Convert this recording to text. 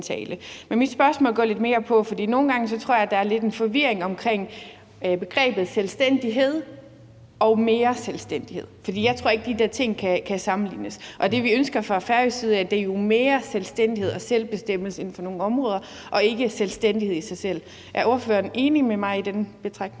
mit spørgsmål går lidt mere på, at jeg nogle gange tror, at der er lidt forvirring omkring begrebet selvstændighed og mere selvstændighed. For jeg tror ikke, at de der ting kan sammenlignes. Det, vi ønsker fra færøsk side, er jo mere selvstændighed og selvbestemmelse inden for nogle områder og ikke selvstændighed i sig selv. Er ordføreren enig med mig i den betragtning?